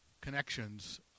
connections